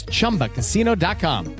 ChumbaCasino.com